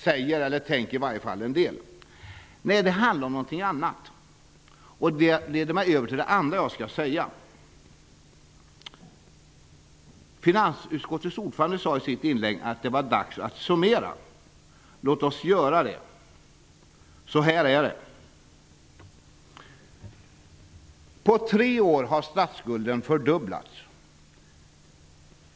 Så säger eller tänker i varje fall en del. Nej, det handlar om någonting annat, och det leder mig över till nästa sak jag skall säga. Finansutskottets ordförande sade i sitt inlägg att det var dags att summera. Låt oss göra det. Så här är det. På tre år har statsskulden fördubblats.